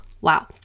wow